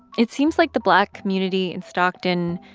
it seems like the black community in stockton,